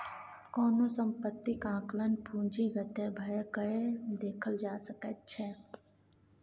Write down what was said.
कोनो सम्पत्तीक आंकलन पूंजीगते भए कय देखल जा सकैत छै